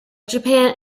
japan